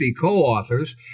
co-authors